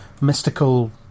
mystical